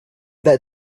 that